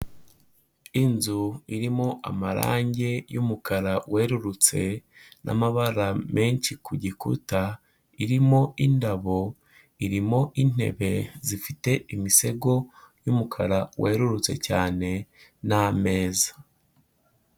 Inzu irimo amarangi y'umukara werurutse n'amabara menshi ku gikuta, irimo indabo, irimo intebe zifite imisego y'umukara werurutse cyane n'ameza.